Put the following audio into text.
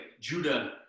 Judah